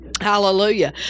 Hallelujah